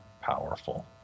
powerful